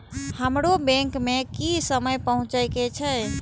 हमरो बैंक में की समय पहुँचे के छै?